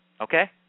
Okay